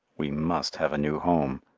we must have a new home,